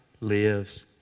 lives